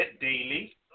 daily